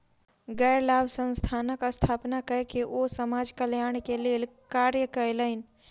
गैर लाभ संस्थानक स्थापना कय के ओ समाज कल्याण के लेल कार्य कयलैन